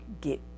get